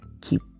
keep